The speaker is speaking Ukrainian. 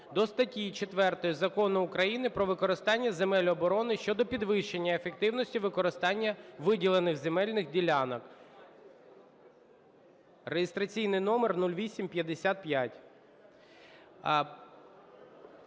до статті 4 Закону України "Про використання земель оборони" щодо підвищення ефективності використання виділених земельних ділянок (реєстраційний номер 0855).